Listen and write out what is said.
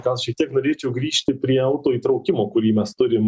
gal šiek tiek norėčiau grįžti prie autoįtraukimo kurį mes turim